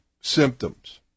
symptoms